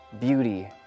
beauty